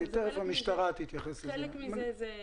תכף המשטרה תתייחס לזה.